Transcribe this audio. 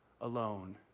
alone